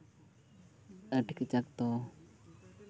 ᱟᱹᱰᱤ ᱠᱟᱡᱟᱠ ᱫᱚ